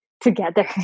together